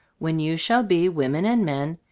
when you shall be women and men,